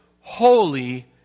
holy